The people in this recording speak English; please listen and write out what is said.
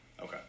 Okay